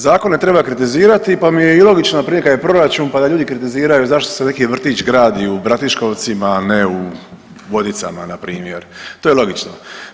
Zakone treba kritizirati, pa mi je i logična prilika i proračun, pa da ljudi kritiziraju zašto se neki vrtić gradi u Bratiškovcima, a ne u Vodicama npr., to je logično.